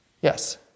Yes